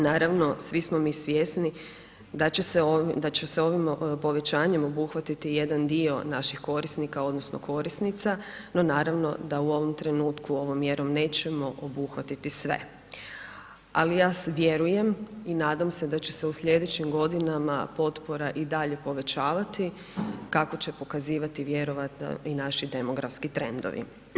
Naravno svi smo mi svjesni da će se ovim povećanjem obuhvatiti jedan dio naših korisnika odnosno korisnica, no naravno da u ovom trenutku ovom mjerom nećemo obuhvatiti sve, ali ja vjerujem i nadam se da će se u sljedećim godinama potpora i dalje povećavati kako će pokazivati vjerojatno i naši demografski trendovi.